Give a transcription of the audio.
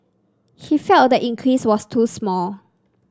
he felt the increase was too small